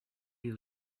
you